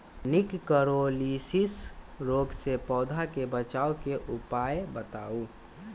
निककरोलीसिस रोग से पौधा के बचाव के उपाय बताऊ?